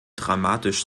dramatisch